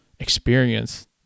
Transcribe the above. experience